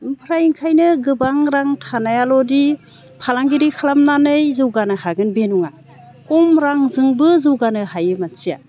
ओमफ्राय ओंखायनो गोबां रां थानायाल'दि फालांगिरि खालामनानै जौगानो हागोन बे नङा खम रांजोंबो जौगानो हायो मानसिया